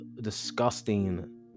disgusting